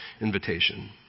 invitation